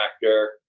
factor